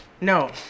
No